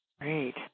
Great